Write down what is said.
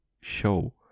show